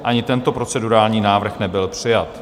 Ani tento procedurální návrh nebyl přijat.